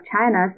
China